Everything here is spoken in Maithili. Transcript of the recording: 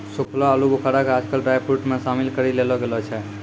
सूखलो आलूबुखारा कॅ आजकल ड्रायफ्रुट मॅ शामिल करी लेलो गेलो छै